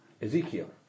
Ezekiel